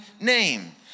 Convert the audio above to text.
name